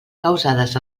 causades